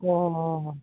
অঁ অঁ